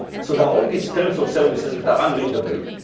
so there are all these terms of services that are unreadable,